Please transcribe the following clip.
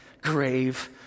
grave